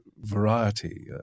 variety